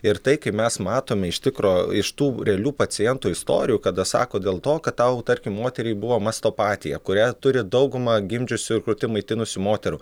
ir tai kaip mes matome iš tikro iš tų realių pacientų istorijų kada sako dėl to kad tau tarkim moteriai buvo mastopatija kurią turi dauguma gimdžiusių ir krutim maitinusių moterų